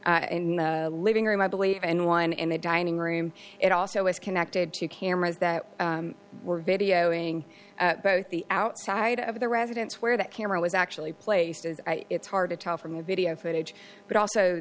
in the living room i believe and one in the dining room it also is connected to cameras that were videoing both the outside of the residence where that camera was actually placed it's hard to tell from the video footage but also